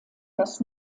das